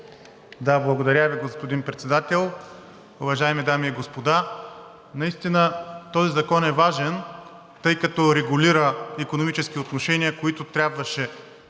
Благодаря Ви, господин Председател. Уважаеми дами и господа! Наистина този закон е важен, тъй като регулира икономически отношения и за тях трябваше